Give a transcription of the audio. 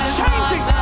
changing